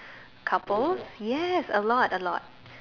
couples yes a lot a lot